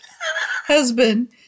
Husband